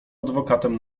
adwokatem